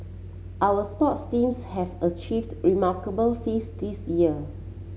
our sports teams have achieved remarkable feats this year